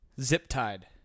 zip-tied